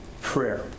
prayer